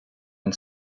and